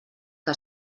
que